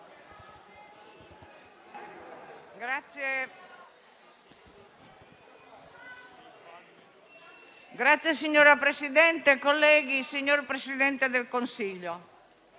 Signor Presidente, colleghi, signor Presidente del Consiglio,